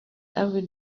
every